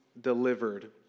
delivered